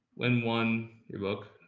when one your book.